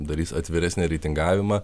darys atviresnį reitingavimą